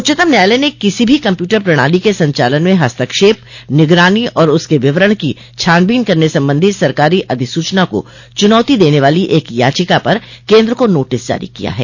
उच्चतम न्यायालय न किसी भी कंप्यूटर प्रणाली के संचालन में हस्तक्षेप निगरानी और उसके विवरण की छानबीन करने सम्बंधी सरकारी अधिसूचना को चुनौती देने वाली एक याचिका पर केंद्र को नोटिस जारी किया है